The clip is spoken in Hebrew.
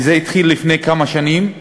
וזה התחיל לפני כמה שנים,